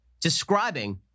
describing